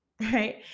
Right